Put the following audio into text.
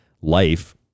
life